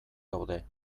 gaude